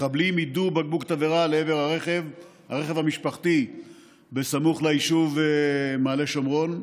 מחבלים יידו בקבוק תבערה לעבר הרכב המשפחתי סמוך ליישוב מעלה שומרון.